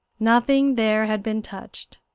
nothing there had been touched,